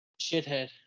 Shithead